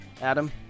Adam